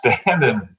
standing